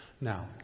Now